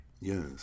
Yes